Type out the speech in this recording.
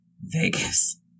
Vegas